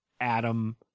adam